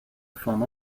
former